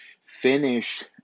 finish